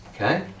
Okay